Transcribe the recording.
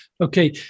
okay